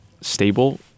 stable